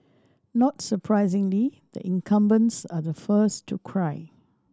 not surprisingly the incumbents are the first to cry